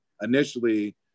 initially